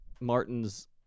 Martin's